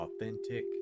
authentic